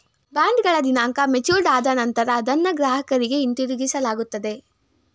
ಬಾಂಡ್ಗಳ ದಿನಾಂಕ ಮೆಚೂರ್ಡ್ ಆದ ನಂತರ ಅದನ್ನ ಗ್ರಾಹಕರಿಗೆ ಹಿಂತಿರುಗಿಸಲಾಗುತ್ತದೆ